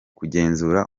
kugenzura